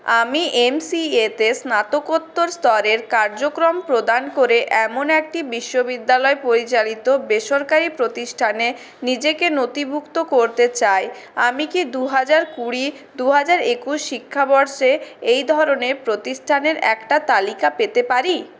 আমি M C এতে স্নাতকোত্তর স্তরের কার্যক্রম প্রদান করে এমন একটি বিশ্ববিদ্যালয় পরিচালিত বেসরকারি প্রতিষ্ঠানে নিজেকে নথিভুক্ত করতে চাই আমি কি দু হাজার কুড়ি দু হাজার একুশ শিক্ষাবর্ষে এই ধরনের প্রতিষ্ঠানের একটা তালিকা পেতে পারি